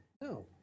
No